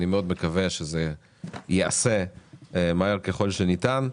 אני מאד מקווה שזה ייעשה מהר ככל שניתן.